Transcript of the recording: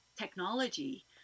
technology